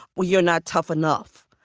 well, you're not tough enough.